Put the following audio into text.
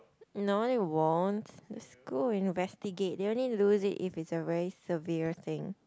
no they won't the school will investigate you only lose it if is a very severe thing